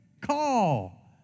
Call